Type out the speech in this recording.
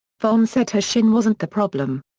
vonn said her shin wasn't the problem.